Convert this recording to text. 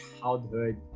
childhood